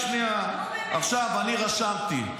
אני אסביר לך.